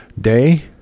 day